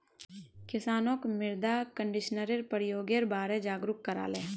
किसानक मृदा कंडीशनरेर प्रयोगेर बारे जागरूक कराले